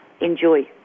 enjoy